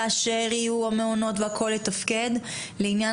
כאשר יהיו המעונות והכול יתפקד לעניין